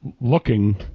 looking